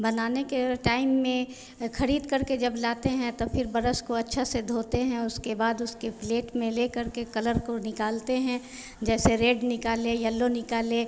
बनाने के टाइम में ख़रीद करके जब लाते हैं तो फिर बरश को अच्छा से धोते हैं उसके बाद उसको प्लेट में ले करके कलर को निकालते हैं जैसे रेड निकाले येलो निकाले